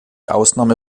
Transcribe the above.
ausnahme